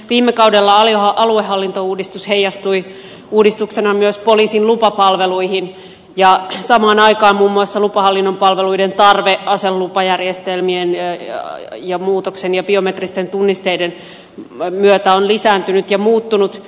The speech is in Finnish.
viime kaudella aluehallintouudistus heijastui uudistuksena myös poliisin lupapalveluihin ja samaan aikaan muun muassa lupahallinnon palveluiden tarve aselupajärjestelmien muutoksen ja biometristen tunnisteiden myötä on lisääntynyt ja muuttunut